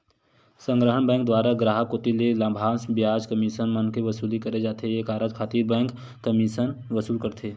संग्रहन बेंक दुवारा गराहक कोती ले लाभांस, बियाज, कमीसन मन के वसूली करे जाथे ये कारज खातिर बेंक कमीसन वसूल करथे